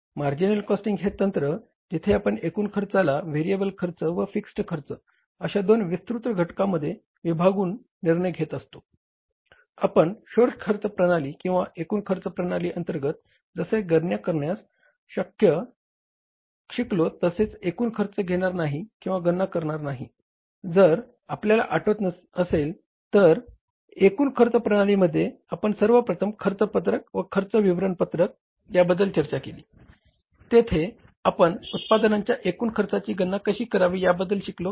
marginal costing असे तंत्र जिथे आपण एकूण खर्चाला व्हेरिएबल खर्च व फिक्स्ड खर्च अशा दोन विस्तृत घटकांमध्ये विभागून निर्णय घेऊ शकतो